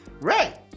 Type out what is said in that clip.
Right